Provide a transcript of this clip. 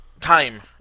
time